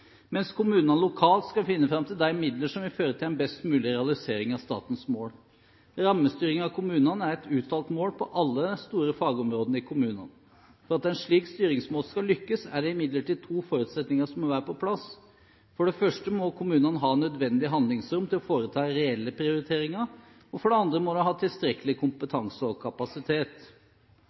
mens kommunene lokalt skal finne fram til de midler som vil føre til en best mulig realisering av statens mål. Rammestyring av kommunene er et uttalt mål på alle de store fagområdene i kommunene. For at en slik styringsmåte skal lykkes, er det imidlertid to forutsetninger som må være på plass. For det første må kommunene ha nødvendig handlingsrom til å foreta reelle prioriteringer, og for det andre må de ha tilstrekkelig kompetanse og kapasitet.